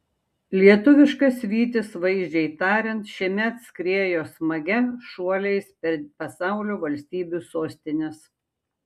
lietuviškas vytis vaizdžiai tariant šiemet skriejo smagia šuoliais per pasaulio valstybių sostines